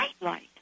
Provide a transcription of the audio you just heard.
light